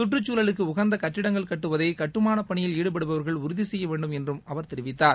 கற்றுச் சூழலுக்கு உகந்த கட்டிடங்கள் கட்டுவதை கட்டுமான பணியில் ஈடுபடுபவர்கள் உறுதி செய்ய வேண்டும் என்று அவர் தெரிவித்தார்